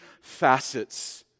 facets